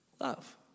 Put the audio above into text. love